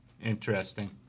Interesting